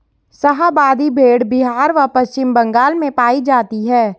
शाहाबादी भेड़ बिहार व पश्चिम बंगाल में पाई जाती हैं